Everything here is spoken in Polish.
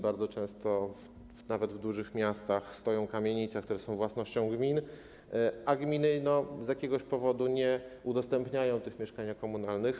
Bardzo często nawet w dużych miastach stoją kamienice, które są własnością gmin, a gminy z jakiegoś powodu nie udostępniają tych mieszkań komunalnych.